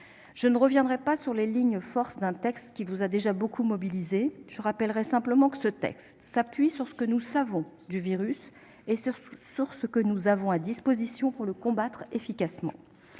Je ne reviendrai pas sur les lignes de force d'un texte qui vous a déjà beaucoup mobilisés ; je rappellerai simplement que celui-ci s'appuie sur ce que nous savons du virus et sur ce dont nous disposons pour le combattre efficacement.